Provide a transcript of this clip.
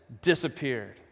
disappeared